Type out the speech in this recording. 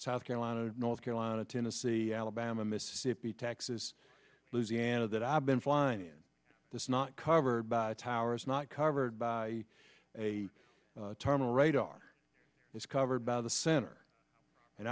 south carolina north carolina tennessee alabama mississippi texas louisiana that i've been flying in this not covered by towers not covered by a terminal radar is covered by the center and